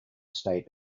state